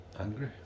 angry